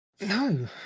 No